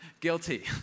Guilty